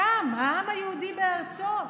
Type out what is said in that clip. קם העם היהודי בארצו,